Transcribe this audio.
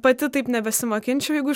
pati taip nebesimokinčiau jeigu